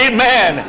Amen